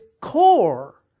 core